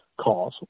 cause